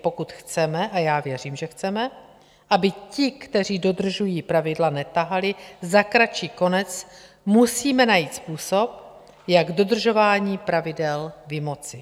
Pokud chceme, a já věřím, že chceme, aby ti, kteří dodržují pravidla, netahali za kratší konec, musíme najít způsob, jak dodržování pravidel vymoci.